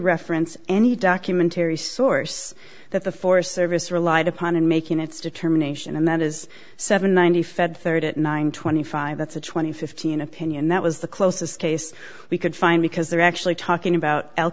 reference any documentary source that the forest service relied upon in making its determination and that is seven ninety fed third at nine twenty five that's a twenty fifteen opinion that was the closest case we could find because they're actually talking about